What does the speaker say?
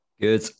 Good